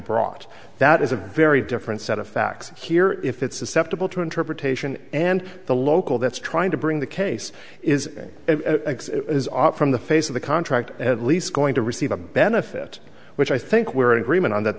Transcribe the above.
brought that is a very different set of facts here if it's susceptible to interpretation and the local that's trying to bring the case is up from the face of the contract at least going to receive a benefit which i think we're in agreement on that